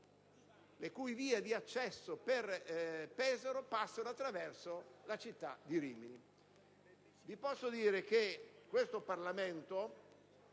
le cui vie di accesso per Pesaro passano attraverso la città di Rimini. Vi posso dire che questo Parlamento,